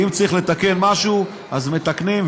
ואם צריך לתקן משהו אז מתקנים,